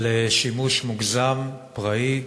על שימוש מוגזם, פראי,